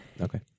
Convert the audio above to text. Okay